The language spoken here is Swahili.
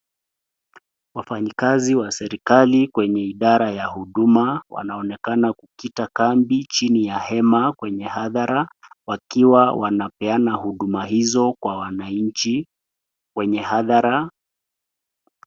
Wafanyi kazi wa serikali kwenye idara ya huduma wanaonekana kukita kambi chini ya hema ya hadhara wakiwa wanapeana huduma hizo kwa wananchi wenye hadhara .